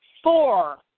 Four